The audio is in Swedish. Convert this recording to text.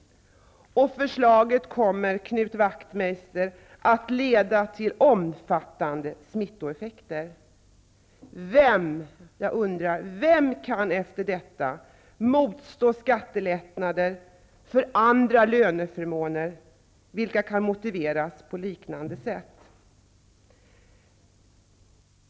Förslaget kommer, Knut Wachtmeister, att leda till omfattande smittoeffekter. Vem kan efter detta motstå skattelättnader för andra löneförmåner vilka kan motiveras på liknande sätt?